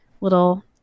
little